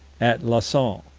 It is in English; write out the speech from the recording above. at lausanne.